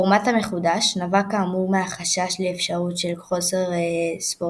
ל-80, אך הנבחרות שיסיימו בארבעת המקומות